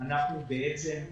אנחנו בעצם...